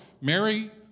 Mary